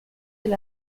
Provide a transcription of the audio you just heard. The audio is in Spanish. del